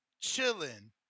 chilling